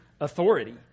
authority